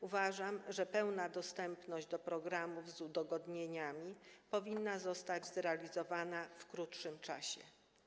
Uważam, że pełna dostępność programów z udogodnieniami powinna zostać zagwarantowana w krótszym czasie.